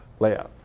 layout.